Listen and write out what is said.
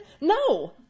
No